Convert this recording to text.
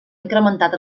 incrementat